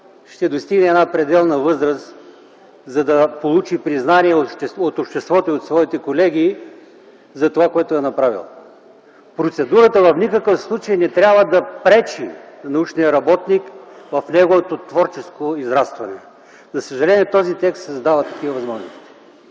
ще достигне една пределна възраст, за да получи признание от обществото и от своите колеги за това, което е направил. Процедурата в никакъв случай не трябва да пречи на научния работник в неговото творческо израстване. За съжаление този текст създава такива възможности.